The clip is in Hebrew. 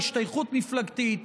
השתייכות מפלגתית,